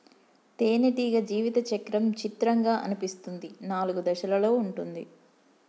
తేనెటీగ జీవిత చక్రం చిత్రంగా అనిపిస్తుంది నాలుగు దశలలో ఉంటుంది